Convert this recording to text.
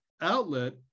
outlet